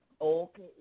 Okay